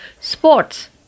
sports